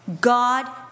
God